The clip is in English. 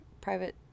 private